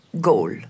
goal